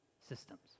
systems